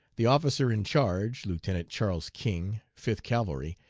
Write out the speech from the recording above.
the officer in charge lieutenant charles king, fifth cavalry,